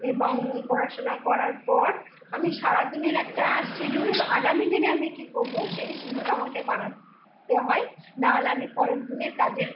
এবং পড়াশুনা করার পর আমি সারা দিনের একটা শিডুল আগামী দিনে আমি কি করবো সেই শিডুল আমাকে বানাতে হয় না হলে আমি পরের দিনের কাজের